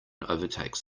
overtakes